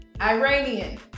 Iranian